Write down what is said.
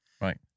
Right